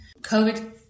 COVID